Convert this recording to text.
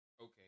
Okay